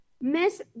Miss